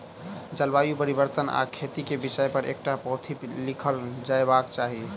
जलवायु परिवर्तन आ खेती के विषय पर एकटा पोथी लिखल जयबाक चाही